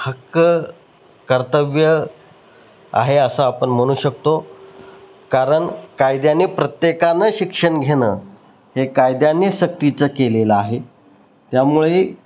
हक्क कर्तव्य आहे असं आपण म्हणू शकतो कारण कायद्यानी प्रत्येकानं शिक्षण घेणं हे कायद्यानी सक्तीचं केलेलं आहे त्यामुळे